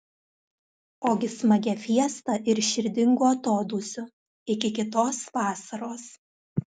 ogi smagia fiesta ir širdingu atodūsiu iki kitos vasaros